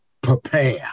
prepare